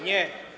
Nie.